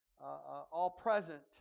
all-present